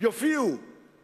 יופיעו